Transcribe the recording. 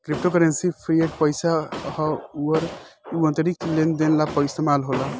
crypto currency fiat पईसा ह अउर इ अंतरराष्ट्रीय लेन देन ला इस्तमाल होला